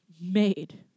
made